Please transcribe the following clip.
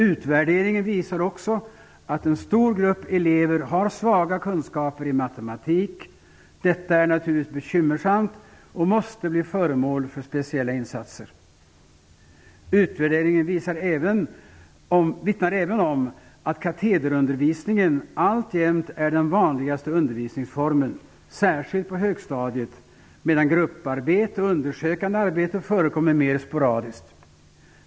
Utvärderingen visar också att en stor grupp elever har svaga kunskaper i matematik. Detta är naturligtvis bekymmersamt och måste bli föremål för speciella insatser. Utvärderingen vittnar även om att katederundervisningen alltjämt är den vanligaste undervisningsformen, särskilt på högstadiet, medan grupparbete och undersökande arbete förekommer mer sporadiskt.